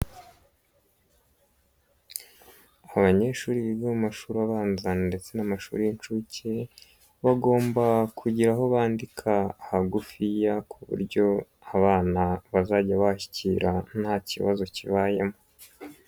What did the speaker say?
Abanyeshuri biga mu mashuri abanza ndetse n'amashuri y'incuke bagomba kugira aho bandika hagufiya ku buryo abana bazajya bashyikira nta kibazo kibayemo.